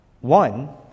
One